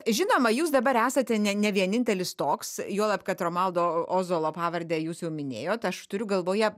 žinoma jūs dabar esate ne ne vienintelis toks juolab kad romualdo ozolo pavardę jūs jau minėjot aš turiu galvoje